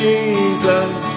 Jesus